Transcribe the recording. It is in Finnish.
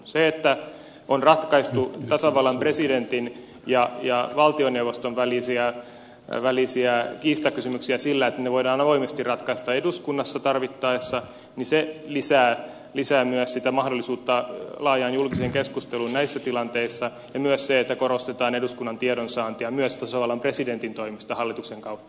se että on ratkaistu tasavallan presidentin ja valtioneuvoston välisiä kiistakysymyksiä sillä että ne voidaan avoimesti ratkaista eduskunnassa tarvittaessa lisää myös mahdollisuutta laajaan julkiseen keskusteluun näissä tilanteissa ja myös se että korostetaan eduskunnan tiedonsaantia myös tasavallan presidentin toimesta hallituksen kautta